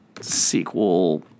sequel